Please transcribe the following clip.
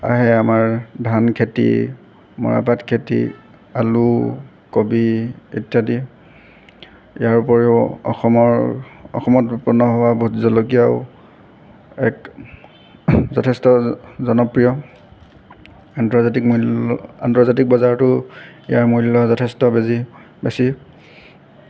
আহে আমাৰ ধান খেতি মৰাপাট খেতি আলু কবি ইত্যাদি ইয়াৰোপৰিও অসমৰ অসমত উৎপন্ন হোৱা ভোট জলকীয়াও এক যথেষ্ট জনপ্ৰিয় আন্তৰ্জাতিক মূল্য আন্তৰ্জাতিক বজাৰতো ইয়াৰ মূল্য যথেষ্ট বেজি বেছি